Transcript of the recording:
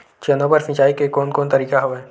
चना बर सिंचाई के कोन कोन तरीका हवय?